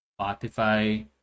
Spotify